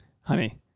Honey